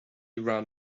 ran